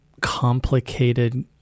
complicated